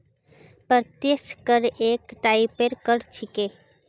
प्रत्यक्ष कर एक टाइपेर कर छिके